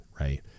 right